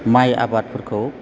माइ आबादफोरखौ